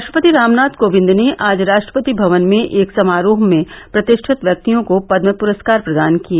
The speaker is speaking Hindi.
राष्ट्रपति रामनाथ कोविंद ने आज राष्ट्रपति भवन में एक समारोह में प्रतिष्ठित व्यक्तियों को पदम पुरस्कार प्रदान किए